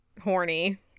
horny